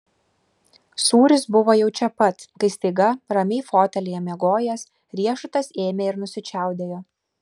sūris buvo jau čia pat kai staiga ramiai fotelyje miegojęs riešutas ėmė ir nusičiaudėjo